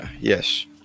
yes